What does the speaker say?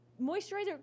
Moisturizer